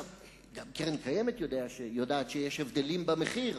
גם קרן קיימת יודעת שיש הבדלים במחיר,